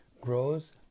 grows